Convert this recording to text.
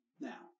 now